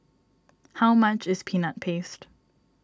how much is Peanut Paste